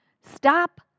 Stop